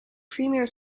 premier